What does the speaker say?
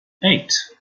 eight